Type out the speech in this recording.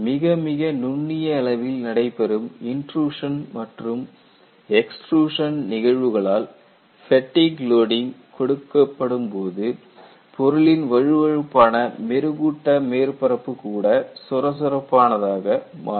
மிக மிக நுண்ணிய அளவில் நடைபெறும் இன்ட்ரூஷன் மற்றும் எக்ஸ்ட்ருஷன் நிகழ்வுகளால் ஃபேட்டிக் லோடிங் கொடுக்கப்படும் போது பொருளின் வழுவழுப்பான மெருகூட்டப்பட்ட மேற்பரப்பு கூட சொரசொரப்பானதாக மாறும்